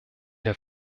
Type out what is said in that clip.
der